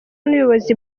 n’ubuyobozi